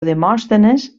demòstenes